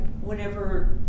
whenever